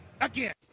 again